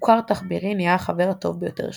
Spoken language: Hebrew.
"סוכר תחבירי" נהיה החבר הטוב ביותר שלך.